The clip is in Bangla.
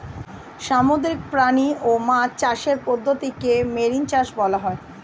সামুদ্রিক প্রাণী ও মাছ চাষের পদ্ধতিকে মেরিন চাষ বলা হয়